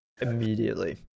immediately